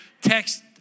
text